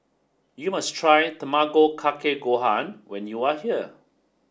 you must try Tamago Kake Gohan when you are here